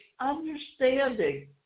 understanding